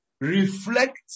Reflect